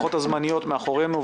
הזמניות, לפחות, מאחורינו.